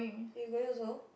are you going also